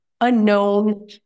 unknown